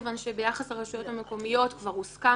כיוון שביחס לרשויות המקומיות כבר הוסכם